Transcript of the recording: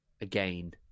again